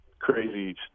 Crazy